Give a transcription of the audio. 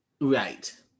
right